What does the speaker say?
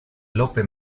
lope